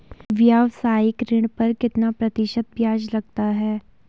व्यावसायिक ऋण पर कितना प्रतिशत ब्याज लगता है?